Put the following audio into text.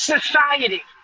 Society